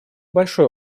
большой